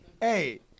Hey